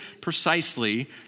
precisely